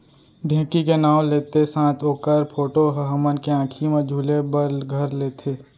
ढेंकी के नाव लेत्ते साथ ओकर फोटो ह हमन के आंखी म झूले बर घर लेथे